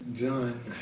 Done